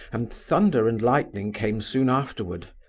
and thunder and lightning came soon afterward.